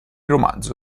romanzo